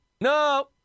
No